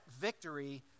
victory